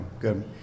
good